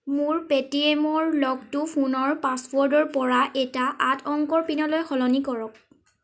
মোৰ পে'টিএমৰ লকটো ফোনৰ পাছৱৰ্ডৰ পৰা এটা আঠ অংকৰ পিনলৈ সলনি কৰক